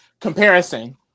comparison